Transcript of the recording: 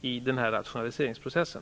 i den här rationaliseringsprocessen.